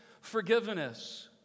Forgiveness